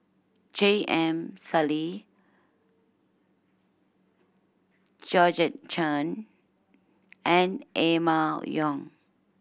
J M Sali Georgette Chen and Emma Yong